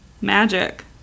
Magic